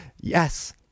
Yes